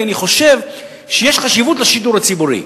כי אני חושב שיש חשיבות לשידור הציבורי.